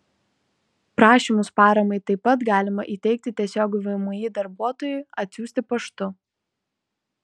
prašymus paramai taip pat galima įteikti tiesiogiai vmi darbuotojui atsiųsti paštu